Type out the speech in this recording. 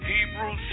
Hebrew